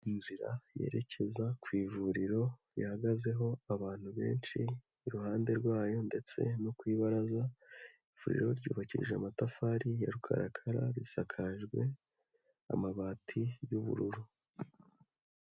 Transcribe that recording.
Inzira yerekeza ku ivuriro rihagazeho abantu benshi, iruhande rwayo ndetse no ku ibaraza, ivuriro ryubakije amatafari ya rukarakara risakajwe amabati y'ubururu.